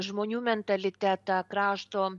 žmonių mentalitetą krašto